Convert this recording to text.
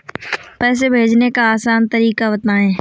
पैसे भेजने का आसान तरीका बताए?